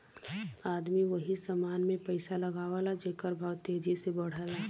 आदमी वही समान मे पइसा लगावला जेकर भाव तेजी से बढ़ला